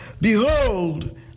behold